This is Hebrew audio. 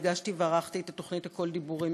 הגשתי וערכתי את התוכנית "הכול דיבורים"